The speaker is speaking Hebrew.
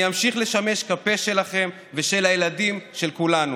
אני אמשיך לשמש לפה לכם ולילדים של כולנו.